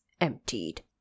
emptied